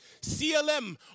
CLM